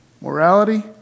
morality